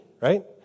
right